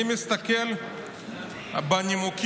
אני מסתכל בנימוקים: